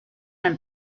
and